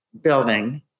building